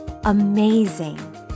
amazing